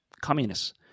communists